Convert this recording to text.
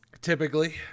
Typically